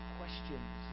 questions